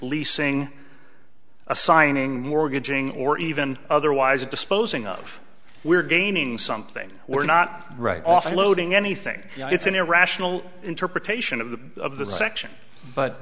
leasing assigning mortgaging or even otherwise disposing of we're gaining something we're not right off loading anything it's an irrational interpretation of the of the section but